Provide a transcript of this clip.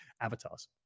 avatars